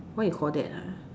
what you call that ah